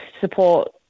support